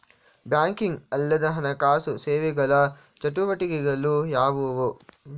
Banking ಅಲ್ಲದ ಹಣಕಾಸು ಸೇವೆಗಳ ಚಟುವಟಿಕೆಗಳು ಯಾವುವು?